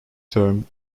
term